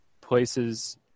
places